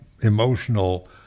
emotional